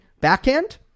backhand